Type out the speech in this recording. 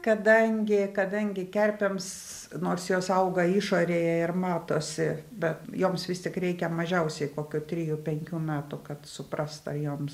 kadangi kadangi kerpėms nors jos auga išorėje ir matosi be joms vis tik reikia mažiausiai kokių trijų penkių metų kad suprast ar joms